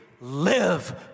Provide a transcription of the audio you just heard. live